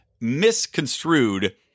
misconstrued